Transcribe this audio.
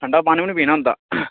ठड़ा पानी बी नी पीन होंदा